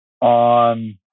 on